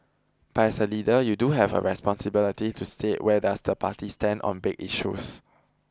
but as a leader you do have a responsibility to state where does the party stand on big issues